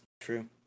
True